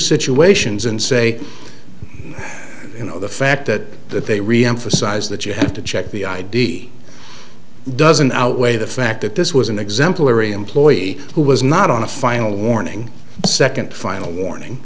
situations and say you know the fact that they reemphasize that you have to check the id doesn't outweigh the fact that this was an exemplary employee who was not on a final warning second final warning